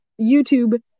YouTube